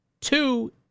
two